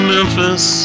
Memphis